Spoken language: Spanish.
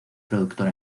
productor